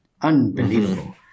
unbelievable